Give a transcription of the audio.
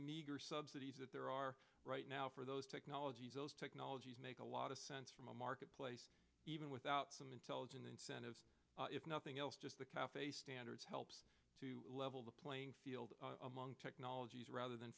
meager subsidies that there are right now for those technologies those technologies make a lot a sense from a marketplace even without some intelligent incentives if nothing else just the cafe standards helps to level the playing field among technologies rather than